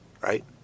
right